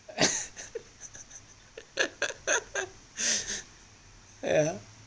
yeah